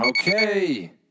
Okay